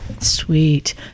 sweet